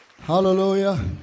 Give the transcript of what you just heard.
Hallelujah